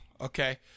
okay